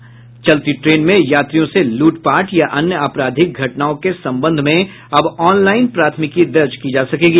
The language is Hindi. चलती ट्रेन में यात्रियों से लूटपाट या अन्य आपराधिक घटनाओं के संबंध में अब ऑनलाईन प्राथमिकी दर्ज की जा सकेगी